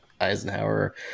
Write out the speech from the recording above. Eisenhower